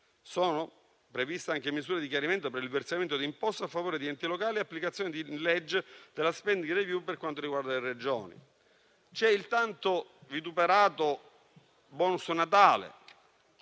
Sono previste anche misure di chiarimento per il versamento di imposte a favore di enti locali e l'applicazione della legge della *spending review* per quanto riguarda le Regioni. C'è il tanto vituperato *bonus* Natale,